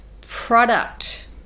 product